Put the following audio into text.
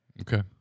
Okay